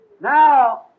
Now